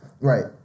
Right